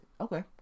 okay